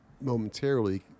momentarily